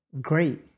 great